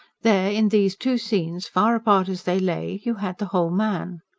there, in these two scenes, far apart as they lay, you had the whole man.